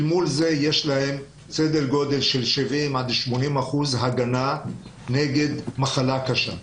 אל מול זה יש להם סדר גודל של 70 עד 80 אחוזים הגנה נגד מחלה קשה.